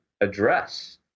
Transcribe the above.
address